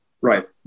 right